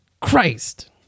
Christ